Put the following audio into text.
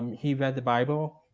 he read the bible,